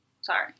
Sorry